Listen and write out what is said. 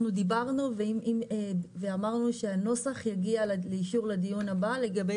אנחנו דיברנו ואמרנו שהנוסח יגיע לאישור בדיון הבא לגבי